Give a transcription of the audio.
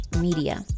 Media